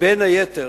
בין היתר,